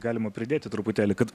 galima pridėti truputėlį kad